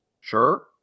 Sure